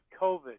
COVID